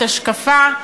השקפה,